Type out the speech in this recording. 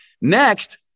Next